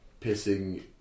pissing